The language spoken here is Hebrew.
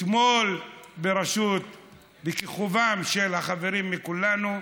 אתמול, בכיכובם של החברים מכולנו,